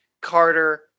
Carter